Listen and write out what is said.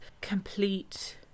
complete